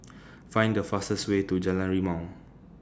Find The fastest Way to Jalan Rimau